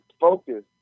focus